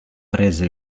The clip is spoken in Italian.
preso